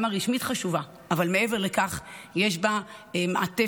גם הרשמית חשובה, אבל מעבר לכך יש בה מעטפת